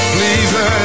Please